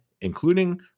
including